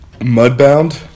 Mudbound